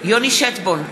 יוני שטבון,